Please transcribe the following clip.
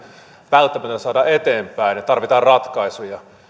välttämätöntä saada eteenpäin ja tarvitaan ratkaisuja